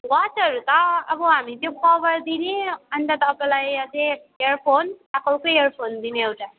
वाचहरू त अब हामी त्यो कभर दिने अनि त तपाईँलाई अझै इयरफोन एप्पलको इयरफोन दिने एउटा